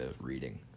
reading